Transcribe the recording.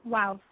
Wow